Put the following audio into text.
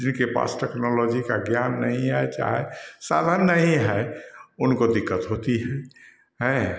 जिनके पास टेक्नोलॉजी का ज्ञान नहीं है चाहे साधन नहीं है उनको दिक्कत होती है